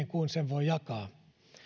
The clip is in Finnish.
kuin sen voi jakaa